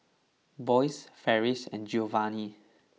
Boyce Farris and Giovani